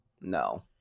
no